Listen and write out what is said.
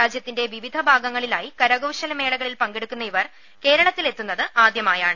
രാജ്യത്തിന്റെ വിവിധ ഭാഗങ്ങളിലായി കരകൌശല മേളകളിൽ പങ്കെടുക്കുന്ന ഇവർ കേരളത്തിൽ എത്തുന്നത് ആദ്യമായാണ്